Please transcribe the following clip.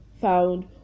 found